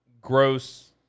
gross